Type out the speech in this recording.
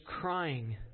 crying